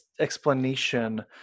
explanation